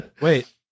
Wait